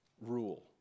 rule